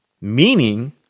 meaning